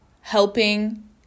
helping